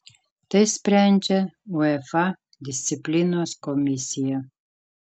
tai sprendžia uefa disciplinos komisija